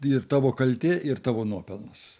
ir tavo kaltė ir tavo nuopelnas